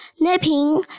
napping